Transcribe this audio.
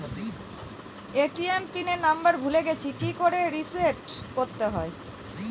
ATM PIN number ভুলে গেছি কি করে রিসেট করতে হয়?